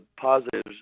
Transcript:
positives